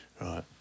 Right